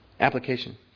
Application